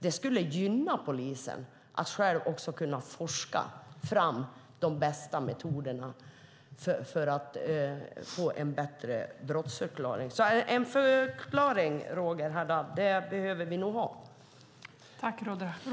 Det skulle gynna polisen om de genom forskning fick fram de bästa metoderna för att få en bättre brottsuppklaring. En förklaring, Roger Haddad, behöver vi nog få.